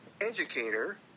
educator